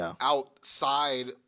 outside